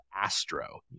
Astro